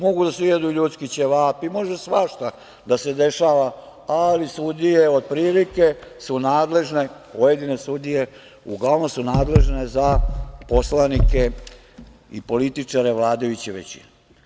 Mogu da se jedu ljudski ćevapi, može svašta da se dešava, ali sudije otprilike su nadležne, pojedine sudije, uglavnom za poslanike i političare vladajuće većine.